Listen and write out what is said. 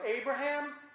Abraham